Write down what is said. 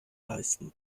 leisten